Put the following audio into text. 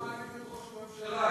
למה אתה מעליב את ראש הממשלה,